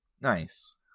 Nice